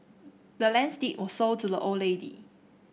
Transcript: the land's deed were sold to the old lady